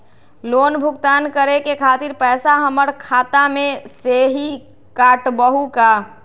Loan भुगतान करे के खातिर पैसा हमर खाता में से ही काटबहु का?